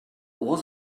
was